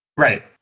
Right